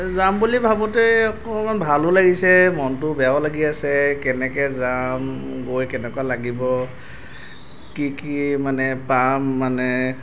যাম বুলি ভাবোতে অকণমান ভালো লাগিছে মনটো বেয়াও লাগি আছে কেনেকে যাম গৈ কেনেকুৱা লাগিব কি কি মানে পাম মানে